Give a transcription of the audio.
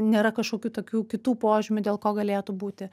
nėra kažkokių tokių kitų požymių dėl ko galėtų būti